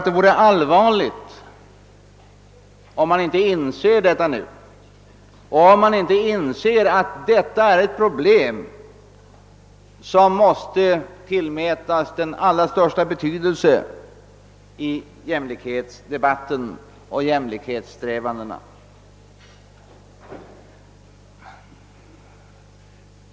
Det vore allvarligt om man inte skulle inse detta. Här är ett problem, som måste tillmätas den allra största betydelse i jämlikhetsdebatten och jämlikhetssträvandena.